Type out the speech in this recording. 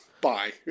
Bye